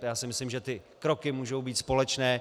Já si myslím, že ty kroky můžou být společné.